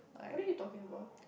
what are you talking about